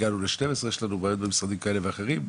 יש לנו בעיות במשרדים כאלה ואחרים,